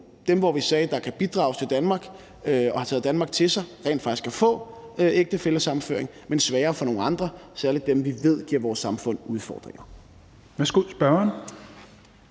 om hvem vi sagde, at de kan bidrage til Danmark, og at de har taget Danmark til sig; de kan rent faktisk få ægtefællesammenføring – men sværere for nogle alle andre, særlig dem, som vi ved giver vores samfund udfordringer.